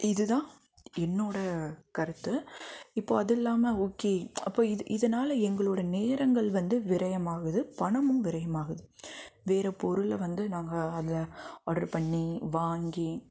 இது தான் என்னோடய கருத்து இப்போது அது இல்லாமல் ஓகே அப்போது இது இதனால் எங்களோடய நேரங்கள் வந்து விரையமாகுது பணமும் விரையமாகுது வேறு பொருளை வந்து நாங்கள் அதில் ஆட்ரு பண்ணி வாங்கி